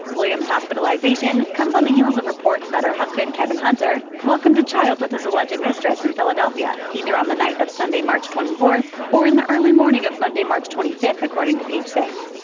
williams' hospitalization comes on the heels of reports that her husband, kevin hunter, welcomed a child with his alleged mistress in philadelphia either on the night of sunday, march twenty fourth or in the early morning of monday, march twenty five, according to page six.